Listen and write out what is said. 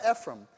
Ephraim